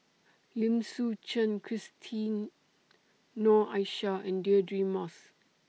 Lim Suchen Christine Noor Aishah and Deirdre Moss